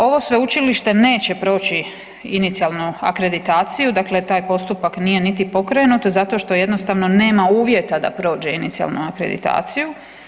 Ovo sveučilište neće proći inicijalnu akreditaciju, dakle taj postupak nije niti pokrenut zato što jednostavno nema uvjeta da prođe inicijalnu akreditaciju.